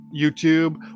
youtube